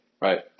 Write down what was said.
Right